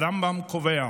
הרמב"ם קובע,